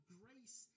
grace